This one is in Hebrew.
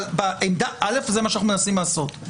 שאנו מנסים לעשות.